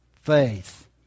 faith